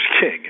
king